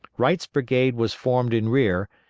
wright's brigade was formed in rear,